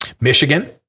Michigan